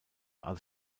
als